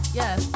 yes